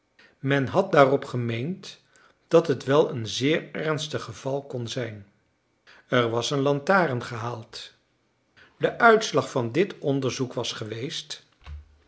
men had daarop gemeend dat het wel een zeer ernstig geval kon zijn er was een lantaarn gehaald de uitslag van dit onderzoek was geweest